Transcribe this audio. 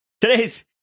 today's